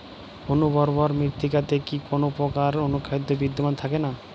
অনুর্বর মৃত্তিকাতে কি কোনো প্রকার অনুখাদ্য বিদ্যমান থাকে না?